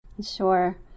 Sure